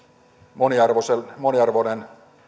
moniarvoinen